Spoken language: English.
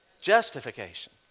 Justification